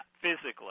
physically